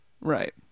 Right